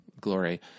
glory